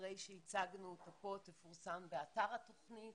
אחרי שהצגנו אותה פה היא תפורסם באתר התוכנית.